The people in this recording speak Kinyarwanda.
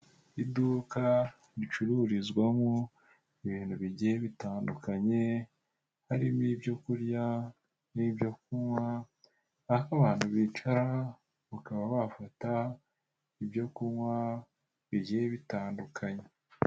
Iduka ricururizwamo ibintu bigiye bitandukanye harimo ibyo kurya n'ibyo kunywa aho abantu bicara bakaba bafata ibyo kunywa bigiye bitandukanye.